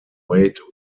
wait